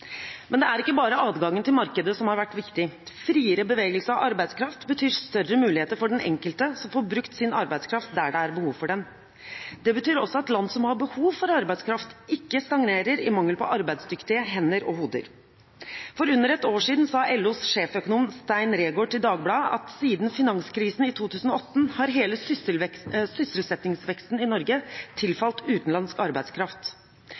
Men det er ikke bare adgangen til markedet som har vært viktig. Friere bevegelse av arbeidskraft betyr større muligheter for den enkelte, som får brukt sin arbeidskraft der det er behov for den. Det betyr også at land som har behov for arbeidskraft, ikke stagnerer i mangel på arbeidsdyktige hender og hoder. For under ett år siden sa LOs sjeføkonom Stein Reegård til Dagbladet at siden finanskrisen i 2008 har hele sysselsettingsveksten i Norge tilfalt utenlandsk arbeidskraft.